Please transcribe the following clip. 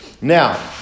now